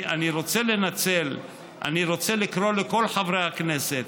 אני רוצה לקרוא לכל חברי הכנסת,